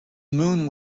moon